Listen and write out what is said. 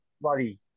bloody